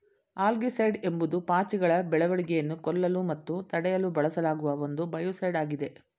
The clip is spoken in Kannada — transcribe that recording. ಆಲ್ಗೆಸೈಡ್ ಎಂಬುದು ಪಾಚಿಗಳ ಬೆಳವಣಿಗೆಯನ್ನು ಕೊಲ್ಲಲು ಮತ್ತು ತಡೆಯಲು ಬಳಸಲಾಗುವ ಒಂದು ಬಯೋಸೈಡ್ ಆಗಿದೆ